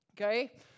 Okay